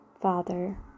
Father